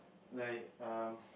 like um